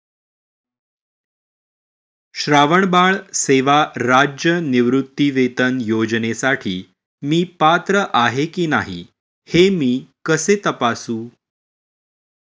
श्रावणबाळ सेवा राज्य निवृत्तीवेतन योजनेसाठी मी पात्र आहे की नाही हे मी कसे तपासू?